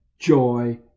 joy